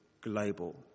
global